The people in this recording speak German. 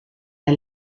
der